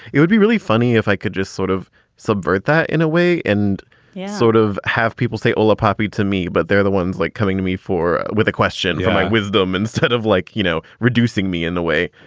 it would be really funny if i could just sort of subvert that in a way and yeah sort of have people say all the poppy to me, but they're the ones like coming to me for with a question from yeah my wisdom instead of like, you know, reducing me in a way.